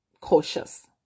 cautious